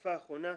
בתקופה האחרונה.